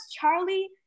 Charlie